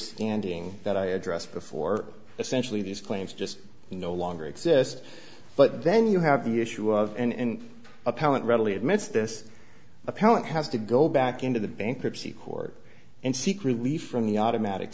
standing that i addressed before essentially these claims just no longer exist but then you have the issue of and appellant readily admits this appellant has to go back into the bankruptcy court and seek relief from the automatic